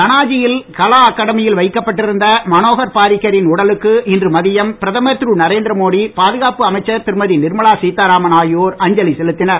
பானாஜியில் கலா அகாடமியில் வைக்கப்பட்டிருந்த மனோகர் பாரிக்கரின் உடலுக்கு இன்று மதியம் பிரதமர் திரு நரேந்திரமோடி பாதுகாப்பு அமைச்சர் திருமதி நிர்மலா சீத்தாராமன் ஆகியோர் அஞ்சலி செலுத்தினர்